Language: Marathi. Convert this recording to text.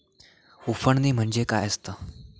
उफणणी म्हणजे काय असतां?